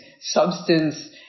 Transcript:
substance